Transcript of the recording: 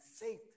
faith